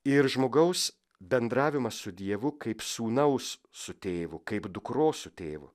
ir žmogaus bendravimas su dievu kaip sūnaus su tėvu kaip dukros su tėvu